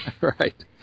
Right